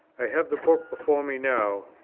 i have the book before me now,